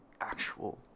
actual